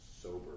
sober